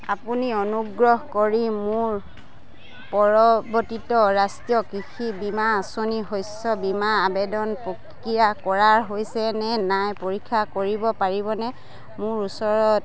আপুনি অনুগ্ৰহ কৰি মোৰ পৰিৱৰ্তিত ৰাষ্ট্ৰীয় কৃষি বীমা আঁচনি শস্য বীমা আবেদন প্ৰক্ৰিয়া কৰা হৈছেনে নাই পৰীক্ষা কৰিব পাৰিবনে মোৰ ওচৰত